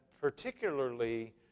particularly